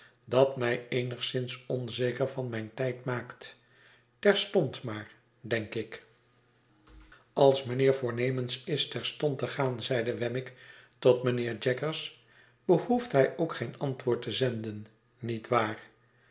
dat mij eenigszins onzeker van mijn tijd maakt terstond maar denk ik als mijnheer voornemens is terstond te gaan zeide wemmick tot mijnheer jaggers behoeft hij ook geen antwoord te zenden niet waar